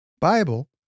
Bible